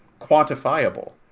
quantifiable